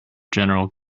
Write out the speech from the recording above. general